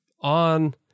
on